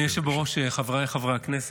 אדוני היושב-ראש, חבריי חברי הכנסת,